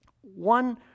one